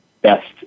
best